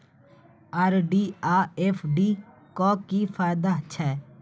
RD आ FD क की फायदा छै?